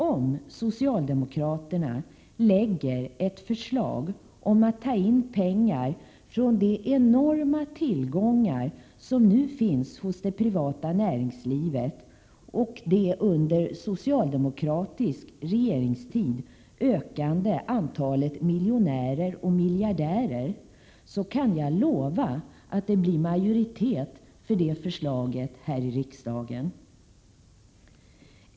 Om socialdemokraterna lägger fram ett förslag om att ta in pengar från de enorma tillgångar som nu finns hos det privata näringslivet — under socialdemokratisk regeringstid har ju antalet miljonärer och miljardärer ökat — kan jag lova att det blir majoritet för det förslaget här i riksdagen.